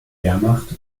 wehrmacht